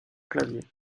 clavier